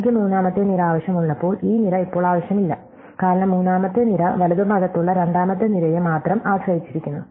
എനിക്ക് മൂന്നാമത്തെ നിര ആവശ്യമുള്ളപ്പോൾ ഈ നിര ഇപ്പോൾ ആവശ്യമില്ല കാരണം മൂന്നാമത്തെ നിര വലതുഭാഗത്തുള്ള രണ്ടാമത്തെ നിരയെ മാത്രം ആശ്രയിച്ചിരിക്കുന്നു